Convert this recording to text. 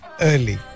early